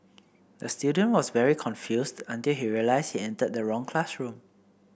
the student was very confused until he realised he entered the wrong classroom